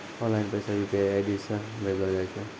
online पैसा UPI ID से भी भेजलो जाय छै